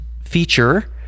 feature